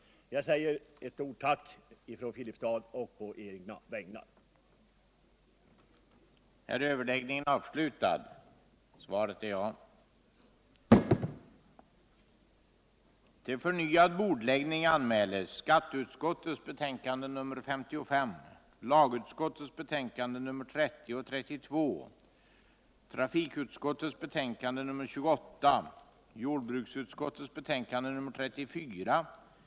Jag vill framföra ett stort tack från Filipstad och på egna vägnar för deua.